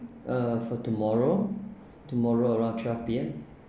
uh for tomorrow tomorrow around twelve P_M